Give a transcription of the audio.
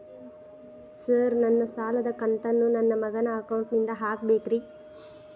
Sir ನನ್ನ ಸಾಲದ ಕಂತನ್ನು ನನ್ನ ಮಗನ ಅಕೌಂಟ್ ನಿಂದ ಹಾಕಬೇಕ್ರಿ?